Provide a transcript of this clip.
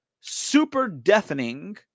super-deafening